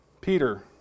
Peter